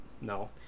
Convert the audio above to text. No